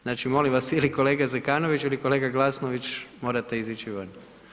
Znači molim vas, ili kolega Zekanović ili kolega Glasnović, morate izići van.